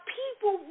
people